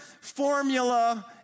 formula